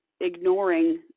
ignoring